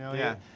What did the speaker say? yeah yeah.